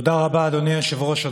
תודה רבה, אדוני היושב-ראש.